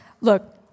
Look